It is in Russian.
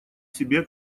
себе